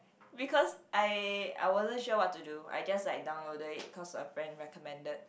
because I I wasn't sure what to it I just like downloaded it cause a friend recommended